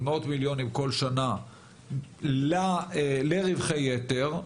אבל מאות מיליונים כל שנה לרווחי יתר,